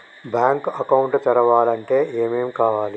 Bank account తెరవాలంటే ఏమేం కావాలి?